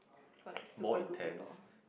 for like super good people